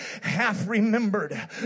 half-remembered